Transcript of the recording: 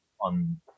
on